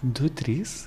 du trys